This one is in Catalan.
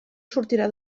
sortirà